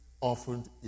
often